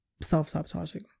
self-sabotaging